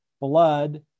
blood